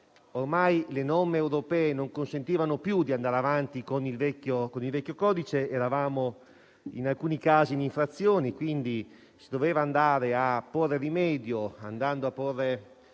ormai le norme europee non consentivano più di andare avanti con il vecchio codice, eravamo in alcuni casi in infrazione e quindi si doveva andare a porre rimedio andando a definire